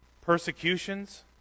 Persecutions